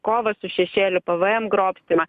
kovą su šešėliu pvm grobstymą